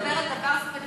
הוא מדבר על דבר ספציפי,